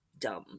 dumb